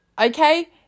Okay